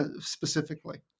specifically